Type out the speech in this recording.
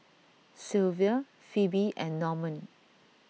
Silvia Phoebe and Normand